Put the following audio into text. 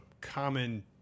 common